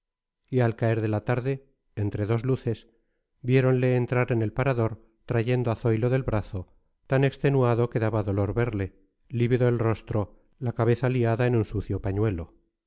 y al caer de la tarde entre dos luces viéronle entrar en el parador trayendo a zoilo del brazo tan extenuado que daba dolor verle lívido el rostro la cabeza liada en un sucio pañuelo